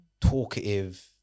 talkative